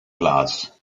class